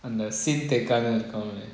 அந்த சீட்டு அங்க இருக்குமே:antha seetu anga irukumey